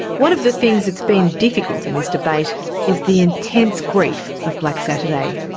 one of the things that's been difficult in this debate is the intense grief of black saturday.